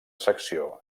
secció